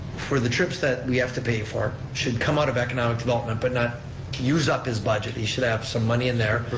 for the trips that we have to pay for should come out of economic development but not use up his budget, he should have some money in there,